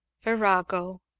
virago!